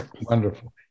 Wonderful